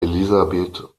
elisabeth